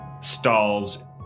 stalls